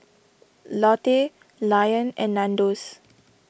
Lotte Lion and Nandos